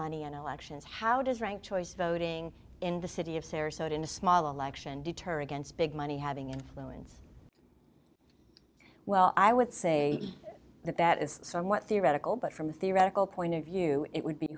money in elections how does rank choice voting in the city of sarasota in a small election deter against big money having in moments well i would say that that is somewhat theoretical but from a theoretical point of view it would be